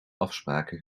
afspraken